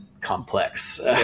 complex